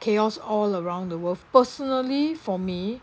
chaos all around the world personally for me